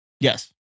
Yes